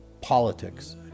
politics